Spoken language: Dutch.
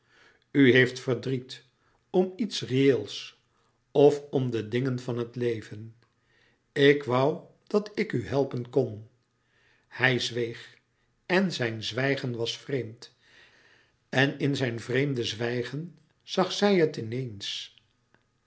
heeft verdriet om iets reëels of om de dingen van het leven ik woû dat ik u helpen kon louis couperus metamorfoze hij zweeg en zijn zwijgen was vreemd en in zijn vreemde zwijgen zag zij het